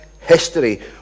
history